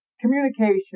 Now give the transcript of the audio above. communication